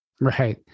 right